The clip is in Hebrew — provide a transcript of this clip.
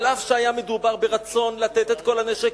אף שהיה מדובר ברצון לתת את כל הנשק,